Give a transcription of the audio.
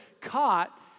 caught